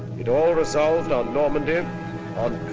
it all resolved on normandy um